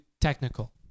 technical